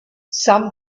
some